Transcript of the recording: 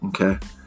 Okay